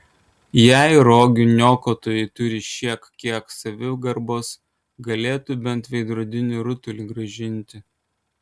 jei rogių niokotojai turi šiek kiek savigarbos galėtų bent veidrodinį rutulį grąžinti